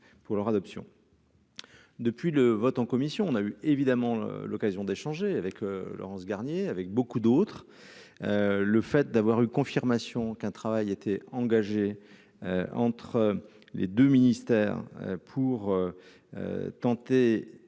pour leur adoption. Depuis le vote en commission, on a eu évidemment l'occasion d'échanger avec Laurence Garnier avec beaucoup d'autres, le fait d'avoir eu confirmation qu'un travail était engagé entre les 2 ministères pour tenter